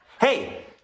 Hey